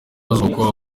hazubakwa